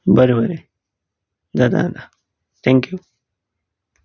बरें बरें जाता जाता थँक्यू